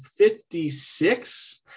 56